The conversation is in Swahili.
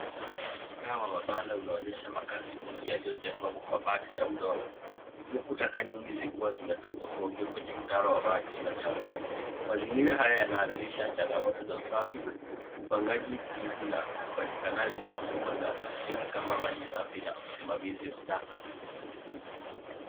Mtaa wa mabanda unaonyesha makazi dunio yaliyojengwa kwa mabati na udongo. Huku taka nyingi zikiwa zimetupa ovyo kwenye mtaro wa maji machafu. Mazingira haya yanaathirisha changamoto za usafi, upangaji miji na upatikanaji wa huduma za msingi kama maji safi na usimamizi wa taka.